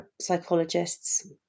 Psychologists